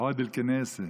עווד אל-כנסת,